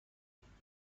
وفاداری